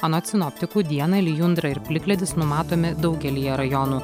anot sinoptikų dieną lijundra ir plikledis numatomi daugelyje rajonų